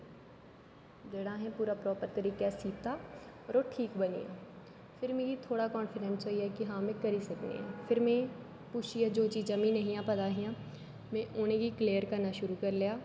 जेहडा आसे पुरा प्रापर तरिके कन्ने सीता पर ओह् ठीक बनी गया फिर मिकी थोह्ड़ा कान्फीडेंस होई गया कि हां में करी सकनी फिर में पुच्छिये जो चिजां मिगी नेही पता हिया में उंहेगी क्लेयर करना शुरु करी लेआ